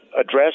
address